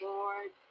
Lord